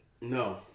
No